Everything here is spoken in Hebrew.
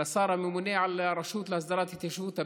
לשר הממונה על הרשות להסדרת התיישבות הבדואים,